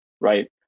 right